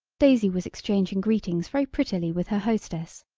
daisy was exchanging greetings very prettily with her hostess,